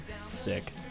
Sick